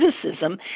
criticism